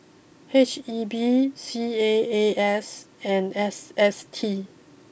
H E B C A A S and S S T